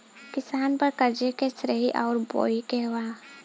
किसान पर क़र्ज़े के श्रेइ आउर पेई के बा?